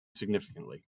significantly